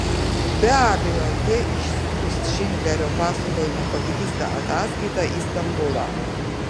be abejo jie išsiųs šindlerio pasakojimu pagrįstą ataskaitą į stambulą